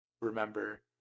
remember